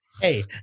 Hey